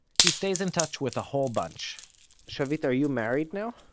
he stays in touch with a whole bunch shavit are you married now?